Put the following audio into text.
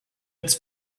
its